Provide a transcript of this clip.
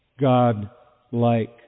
God-like